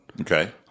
Okay